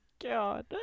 god